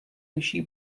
liší